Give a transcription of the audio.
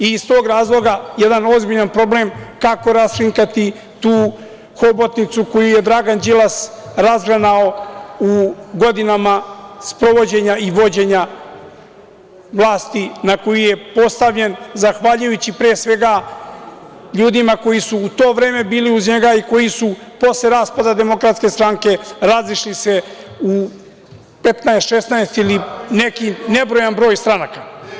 Iz tog razloga jedan ozbiljan problem kako raskrinkati tu hobotnicu koju je Dragan Đilas razgranao u godinama sprovođenja i vođenja vlasti na koju je postavljen zahvaljujući pre svega ljudima koji su u to vreme bili uz njega i koji su se posle raspada DS razišli u 15, 16 ili neki nebrojen broj stranaka.